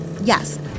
yes